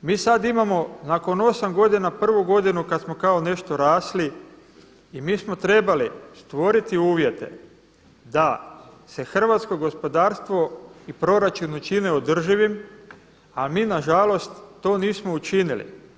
Mi sada imamo nakon 8 godina prvu godinu kada smo kao nešto rasli i mi smo trebali stvoriti uvjete da se hrvatsko gospodarstvo i proračun učine održivim, a mi na žalost to nismo učinili.